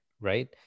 right